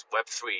Web3